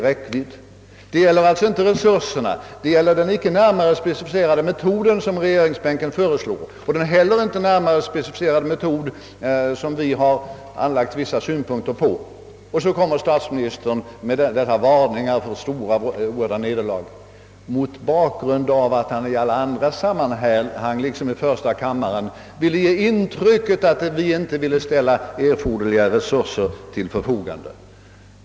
Diskussionen gäller alltså inte resurserna — den gäller i stället den inte närmare specifierade metod, som föreslås av regeringssidan, och den heller inte närmare specificerade metod, som vi anlagt vissa synpunkter på. Och så kommer statsministern med dessa varningar för stora, oerhörda nederlag. Det skedde mot bakgrunden av att han i andra delar av sitt yttrande liksom i första kammaren ville ge intrycket att vi inte ville ställa erforderliga resurser till förfogande.